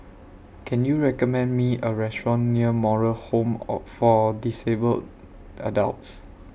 Can YOU recommend Me A Restaurant near Moral Home Or For Disabled Adults